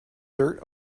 dirt